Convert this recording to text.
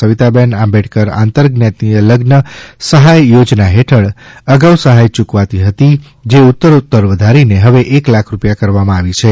સવિતાબેન આંબેડકર આંતર જ્ઞાતિય લઝ્ન સહાય યોજના હેઠળ અગાઉ સહાય યૂકવાતી હતી જે ઉત્તરોત્તર વધારી ને હવે એક લાખ રૂપિયા કરાઇ છે